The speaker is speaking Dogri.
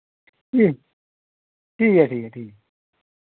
जी ठीक ऐ ठीक ऐ ठीक ऐ